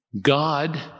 God